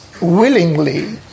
willingly